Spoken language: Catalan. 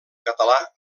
català